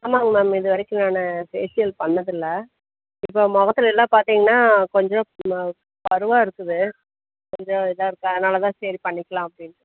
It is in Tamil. ஆமாம்ங்க மேம் இது வரைக்கும் நான் ஃபேஷியல் பண்ணதில்லை இப்போ மொகத்தில் எல்லாம் பார்த்தீங்கன்னா கொஞ்சம் பருவாக இருக்குது கொஞ்சம் இதாக இருக்கு அதனால் தான் சரி பண்ணிக்கலாம் அப்படின்ட்டு